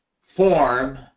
form